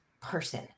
person